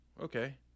okay